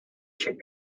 should